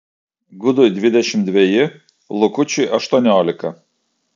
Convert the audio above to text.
gudui dvidešimt dveji lukučiui aštuoniolika